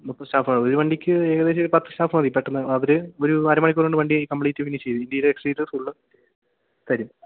മുപ്പത് സ്റ്റാഫ് ആ ഒരു വണ്ടിക്ക് ഏകദേശം പത്ത് സ്റ്റാഫ് മതി പെട്ടെന്ന് അവര് ഒരു അര മണിക്കൂറുകൊണ്ടു വണ്ടി കംപ്ലീറ്റ് ഫിനിഷ് ചെയ്ത് ഇന്റീരിയര് എക്സ്റ്റീരിയര് ഫുള് തരും